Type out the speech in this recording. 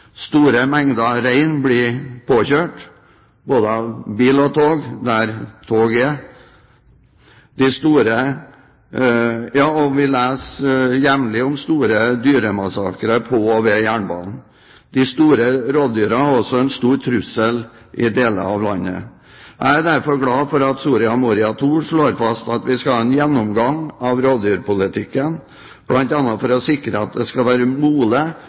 Store mengder rein blir påkjørt, både av bil og tog – der tog er. Vi leser jevnlig om store dyremassakre på og ved jernbanen. De store rovdyrene er også en stor trussel i deler av landet. Jeg er derfor glad for at Soria Moria II slår fast at vi skal ha en gjennomgang av rovdyrpolitikken, bl.a. for å sikre at det skal være